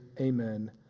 Amen